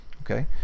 okay